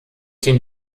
den